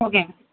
ஓகேங்க